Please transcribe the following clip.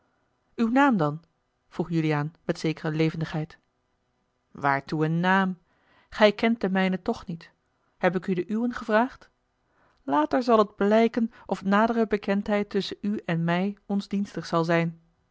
uw naam dan vroeg juliaan met zekere levendigheid waartoe een naam gij kent den mijnen toch niet heb ik u den uwen gevraagd later zal het blijken of nadere bekendheid tusschen u en mij ons dienstig zal zijn